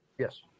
Yes